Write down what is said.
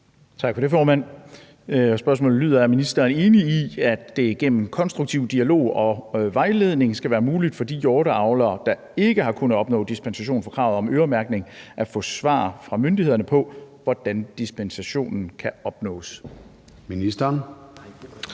Tak for det, formand. Spørgsmålet lyder: Er ministeren enig i, at det gennem konstruktiv dialog og vejledning skal være muligt for de hjorteavlere, der ikke har kunnet opnå dispensation fra kravet om øremærkning, at få svar fra myndighederne på, hvordan dispensation kan opnås? Kl.